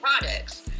products